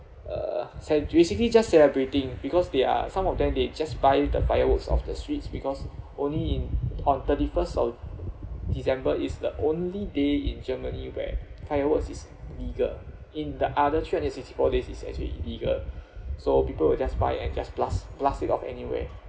uh ce~ we actually just celebrating because they are some of them they just buy the fireworks of the suites because only in on thirty first of december it's the only day in germany where fireworks is legal in the other three hundred sixty four days it's actually illegal so people will just buy and just blast blast it off anywhere